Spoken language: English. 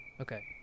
Okay